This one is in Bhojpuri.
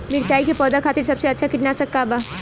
मिरचाई के पौधा खातिर सबसे अच्छा कीटनाशक का बा?